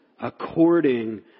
according